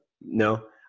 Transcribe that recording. no